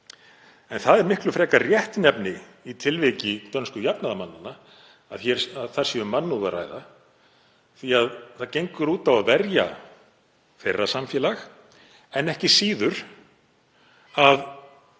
Það er miklu frekar réttnefni í tilviki dönsku jafnaðarmannanna að um mannúð sé að ræða því að það gengur út á að verja þeirra samfélag en ekki síður að